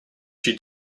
she